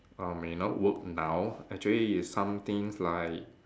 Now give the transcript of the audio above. uh may not work now actually it's some things like